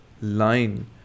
line